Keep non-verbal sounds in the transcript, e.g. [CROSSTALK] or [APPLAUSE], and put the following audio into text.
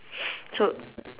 [NOISE] so